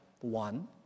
one